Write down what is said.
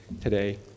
today